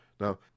Now